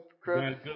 Chris